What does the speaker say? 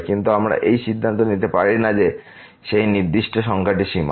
কিন্তু আমরা এই সিদ্ধান্ত নিতে পারি না যে সেই নির্দিষ্ট সংখ্যাটি সীমা